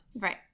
right